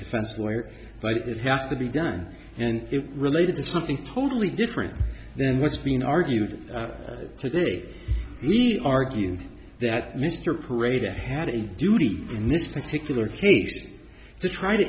defense lawyer but it has to be done and it related to something totally different than what's been argued today even argued that mr paraded had a duty in this particular case to try to